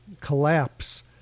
collapse